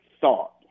thought